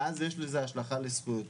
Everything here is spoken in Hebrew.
ואז יש לזה השלכה לזכויותיו,